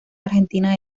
argentina